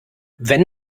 wenn